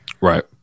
Right